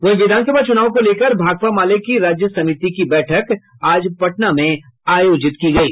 वहीं विधानसभा चुनाव को लेकर भाकपा माले के राज्य समिति की बैठक पटना में आयोजित की गयी